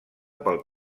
pel